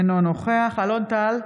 אינו נוכח אלון טל,